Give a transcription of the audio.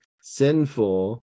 sinful